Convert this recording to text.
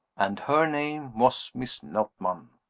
and her name was miss notman.